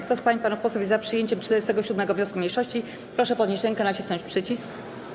Kto z pań i panów posłów jest za przyjęciem 47. wniosku mniejszości, proszę podnieść rękę i nacisnąć przycisk.